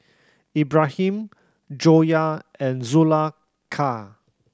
Ibrahim Joyah and Zulaikha